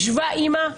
ישבה אימא,